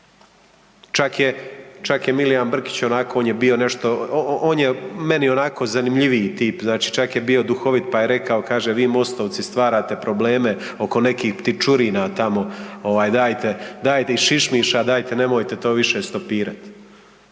Čak je Milijan Brkić onako, on je bio nešto, on je meni onako zanimljiviji tip znači čak je bio duhovit pa je rekao kaže vi MOST-ovci stvarate probleme oko nekih ptičurina tamo ovaj dajte, dajte i šišmiša dajte nemojte to više stopirati.